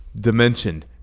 dimension